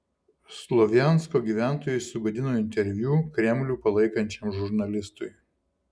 slovjansko gyventojai sugadino interviu kremlių palaikančiam žurnalistui